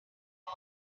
all